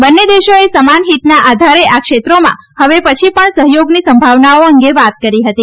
બંને દેશોએ સમાન હિતના આધારે આ ક્ષેત્રોમાં હવે પચી પણ સહયોગની સંભાવનાઓ અંગે વાત કરી હતી